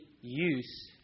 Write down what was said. use